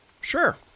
Sure